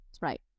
right